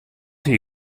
hie